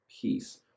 peace